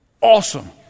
awesome